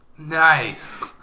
Nice